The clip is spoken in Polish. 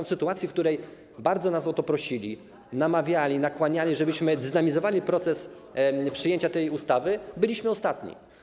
W sytuacji, w której bardzo nas o to prosili, namawiali, nakłaniali, żebyśmy zdynamizowali proces przyjęcia tej ustawy, byliśmy ostatni.